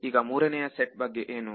ಈಗ ಮೂರನೇ ಸೆಟ್ ಬಗ್ಗೆ ಏನು